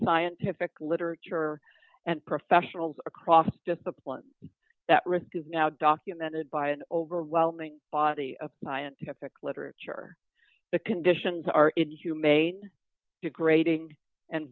scientific literature and professionals across disciplines that refute now documented by an overwhelming body of scientific literature the conditions are inhumane degrading and